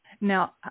Now